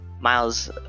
Miles